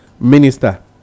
Minister